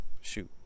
Shoot